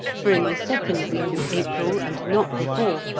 for in the second week of april, and not before,